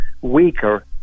weaker